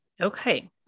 Okay